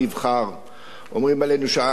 אומרים עלינו שאנחנו עם בחירה,